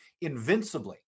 invincibly